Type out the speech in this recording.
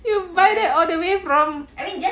you buy that all the way from